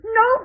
no